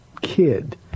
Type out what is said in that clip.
kid